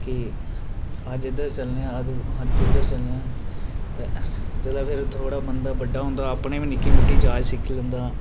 अज्ज इद्धर चलने आं अज्ज उद्दर चलनें आं ते जिल्लै फिर थोह्ड़ा बंदा बड्डा होंदा अपनें बी निक्की मुट्टी जाच सिक्खी लैंदा